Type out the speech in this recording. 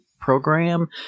program